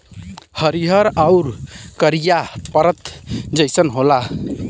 हरिहर आउर करिया परत जइसन होला